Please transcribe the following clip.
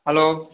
hello